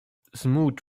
smooth